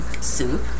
Soup